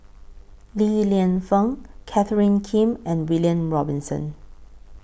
Li Lienfung Catherine Kim and William Robinson